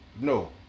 No